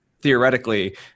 theoretically